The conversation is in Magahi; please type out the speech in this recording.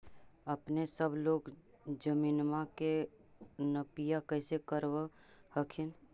अपने सब लोग जमीनमा के नपीया कैसे करब हखिन?